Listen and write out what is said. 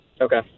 okay